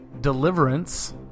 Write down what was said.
Deliverance